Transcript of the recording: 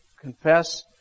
confess